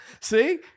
See